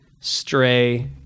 Stray